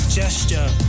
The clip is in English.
gesture